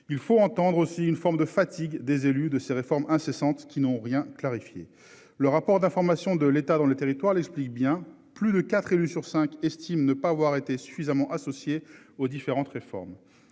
Il faut entendre aussi une forme de fatigue des élus de ces réformes incessantes qui n'ont rien clarifié le rapport d'information de l'État dans le territoire l'explique bien plus de 4 élus sur 5 estime ne pas avoir été suffisamment associés aux différentes réformes.